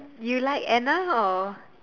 you like Anna or